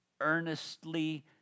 earnestly